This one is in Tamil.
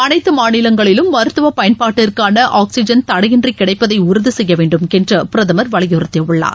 அனைத்தமாநிலங்களிலும் மருத்துவபயன்பாட்டற்கானஆக்சிஜன் தடையின்றிகிடைப்பதைஉறுதிசெய்யவேண்டும் என்றுபிரதமர் வலியுறுத்திஉள்ளதார்